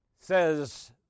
says